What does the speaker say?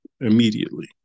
immediately